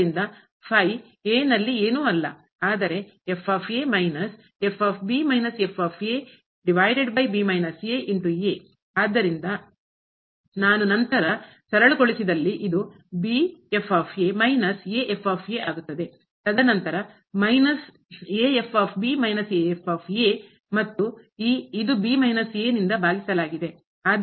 ಆದ್ದರಿಂದ a ನಲ್ಲಿ ಏನೂ ಅಲ್ಲ ಆದರೆ ಆದ್ದರಿಂದ ನಾನು ನಂತರ ಸರಳಗೊಳಿಸಿದಲ್ಲಿ ಇದು ತದನಂತರ ಮೈನಸ್ ಮತ್ತು ಈ ಇದು ಭಾಗಿಸಲಾಗಿದೆ